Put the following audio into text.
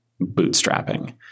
bootstrapping